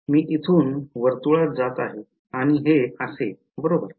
मी इथून वर्तुळात जात आहे आणि हे असे बरोबर आहे